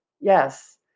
Yes